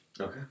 Okay